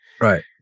Right